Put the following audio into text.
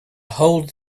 hold